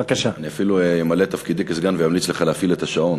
כשהוא לא מתנהג יפה.